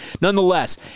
nonetheless